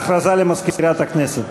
הודעה למזכירת הכנסת.